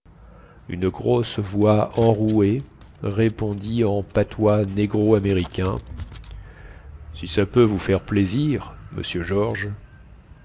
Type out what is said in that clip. une grosse voix enrouée répondit en patois négro américain si ça peut vous faire plaisir monsieur george